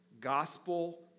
gospel